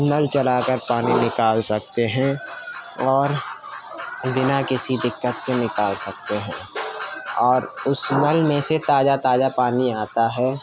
نل چلا کر پانی نکال سکتے ہیں اور بنا کسی دقت کے نکال سکتے ہیں اور اُس نل میں سے تازہ تازہ پانی آتا ہے